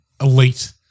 elite